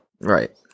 Right